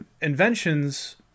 inventions